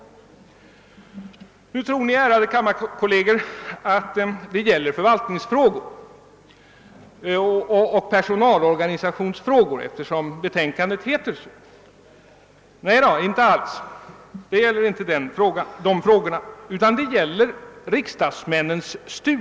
Nu tror ni, ärade kammarkolleger, att det gäller förvaltningsfrågor och personalorganisationsfrågor, eftersom <betänkandet heter så. Nej, inte alls.